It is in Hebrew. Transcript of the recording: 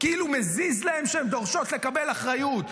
כאילו מזיז להם שהן דורשות לקבל אחריות,